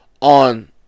on